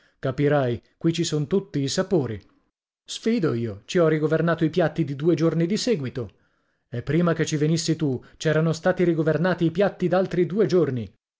capirai qui ci son tutti i sapori sfido io ci ho rigovernato i piatti di due giorni di seguito e prima che tu venissi tu c'erano stati rigovernati i piatti d'altri due giorni